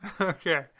Okay